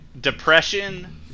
Depression